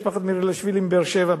משפחת מירלשוילי מבאר שבע.